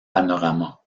panorama